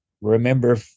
remember